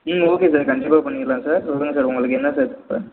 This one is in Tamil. ம் ஓகே சார் கண்டிப்பாக பண்ணிடலாம் சார் சொல்லுங்கள் சார் உங்களுக்கு என்ன சார் தேவை